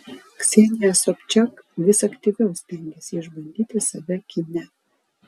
ksenija sobčak vis aktyviau stengiasi išbandyti save kine